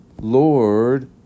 Lord